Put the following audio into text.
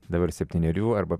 dabar septynerių arba